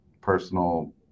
personal